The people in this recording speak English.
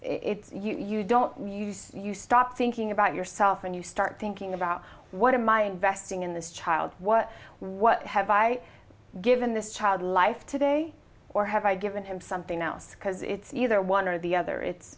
it's you don't you see you stop thinking about yourself and you start thinking about what are my investing in this child what what have i given this child life today or have i given him something else because it's either one or the other it's